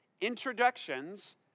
Introductions